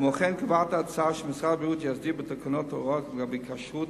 כמו כן מוצע בה שמשרד הבריאות יסדיר בתקנות או בהוראות גם התחשבות